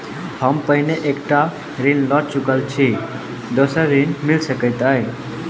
हम पहिने एक टा ऋण लअ चुकल छी तऽ दोसर ऋण मिल सकैत अई?